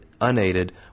unaided